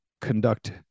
conduct